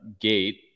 gate